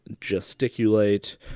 gesticulate